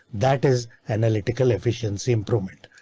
that is analytical efficiency improvement.